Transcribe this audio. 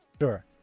Sure